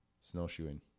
snowshoeing